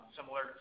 Similar